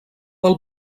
del